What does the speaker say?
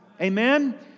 Amen